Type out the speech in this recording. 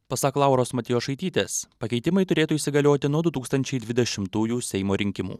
pasak lauros matjošaitytės pakeitimai turėtų įsigalioti nuo du tūkstančiai dvidešimtųjų seimo rinkimų